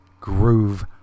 groove